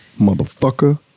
Motherfucker